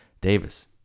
Davis